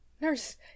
Nurse